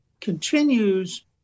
continues